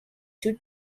two